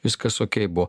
viskas okei buvo